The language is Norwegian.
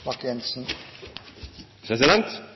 Når man lytter til de to siste debattene, er